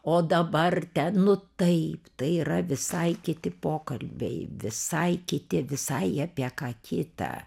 o dabar ten nu taip tai yra visai kiti pokalbiai visai kiti visai apie ką kitą